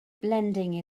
blending